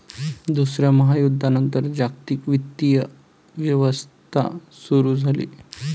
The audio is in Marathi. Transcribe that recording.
दुसऱ्या महायुद्धानंतर जागतिक वित्तीय व्यवस्था सुरू झाली